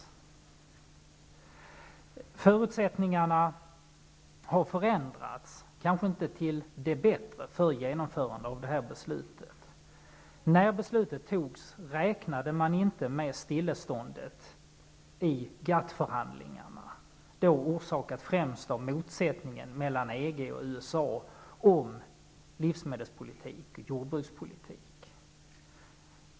Förutsättningarna har förändrats, kanske inte till det bättre, för genomförande av beslutet. När beslutet fattades räknade man inte med stilleståndet i GATT-förhandlingarna, då orsakat främst av motsättningen mellan EG och USA om livsmedels och jordbrukspolitiken.